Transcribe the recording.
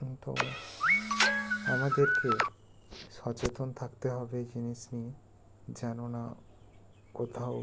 কিন্তু আমাদেরকে সচেতন থাকতে হবে জিনিস নিয়ে যেন না কোথাও